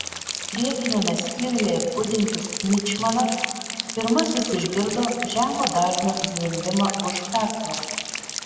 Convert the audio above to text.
priekiniame skyriuje budintis mičmanas pirmasis išgirdo žemo dažnio zvimbimą už pertvaros